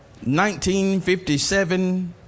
1957